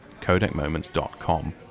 CodecMoments.com